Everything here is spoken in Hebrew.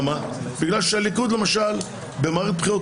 כי הליכוד למשל במערכת בחירות,